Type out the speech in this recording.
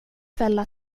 fälla